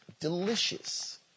delicious